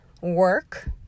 work